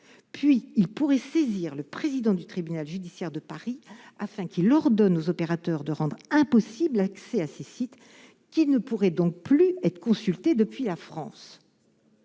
puis il pourrait saisir le président du tribunal judiciaire de Paris afin qu'il ordonne aux opérateurs de rendre impossible l'accès à ces sites, qui ne pourrait donc plus être consultés depuis la France,